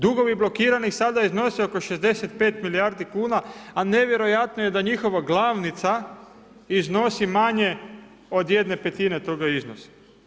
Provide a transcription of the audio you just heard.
Dugovi blokiranih sada iznose oko 65 milijardi kuna, a nevjerojatno je da njihova glavnica iznosi manje od jedne petine toga iznosa.